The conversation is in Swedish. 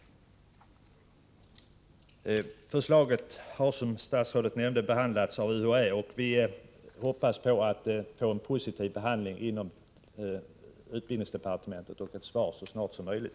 Förslaget har, som statsrådet nämnde, behandlats av UHÄ, och vi hoppas att det får en positiv behandling inom utbildningsdepartementet och på ett besked så snart som möjligt.